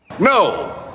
No